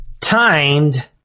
timed